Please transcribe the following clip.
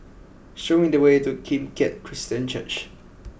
show me the way to Kim Keat Christian Church